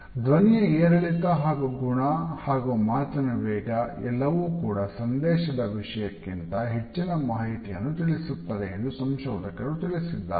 ಧ್ವನಿಯ ಏರಿಳಿತ ಹಾಗು ಗುಣ ಹಾಗು ಮಾತಿನ ವೇಗ ಎಲ್ಲವೂ ಕೂಡ ಸಂದೇಶದ ವಿಷಯಕ್ಕಿಂತ ಹೆಚ್ಚಿನ ಮಾಹಿತಿಯನ್ನು ತಿಳಿಸುತ್ತದೆ ಎಂದು ಸಂಶೋಧಕರು ತಿಳಿಸಿದ್ದಾರೆ